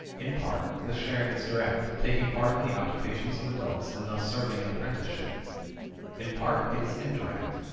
in part, this sharing is direct, taking part in the occupations of adults and thus serving an apprenticeship in part, it is indirect,